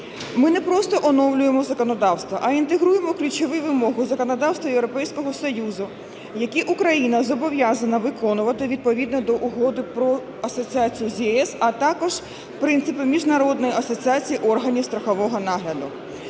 Ми не просто оновлюємо законодавство, а інтегруємо ключові вимоги законодавства Європейського Союзу, які Україна зобов'язана виконувати відповідно до Угоди про асоціацію з ЄС, а також принципи Міжнародної асоціації органів страхового нагляду.